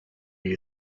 you